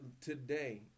today